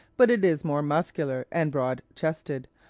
but it is more muscular and broad-chested,